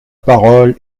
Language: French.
parole